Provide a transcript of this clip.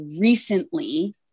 recently